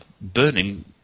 burning